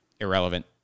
irrelevant